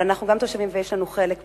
אבל אנחנו גם תושבים, ויש לנו חלק פה.